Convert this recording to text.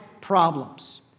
problems